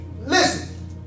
Listen